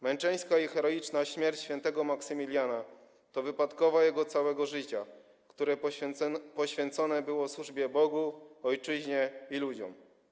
Męczeńska i heroiczna śmierć św. Maksymiliana to wypadkowa jego całego życia, które poświęcone było służbie Bogu, ojczyźnie i ludziom.